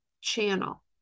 channel